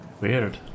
Weird